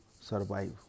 survive